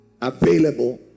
available